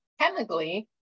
Chemically